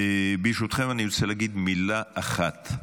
ברשותכם, אני רוצה להגיד מילה אחת.